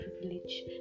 privilege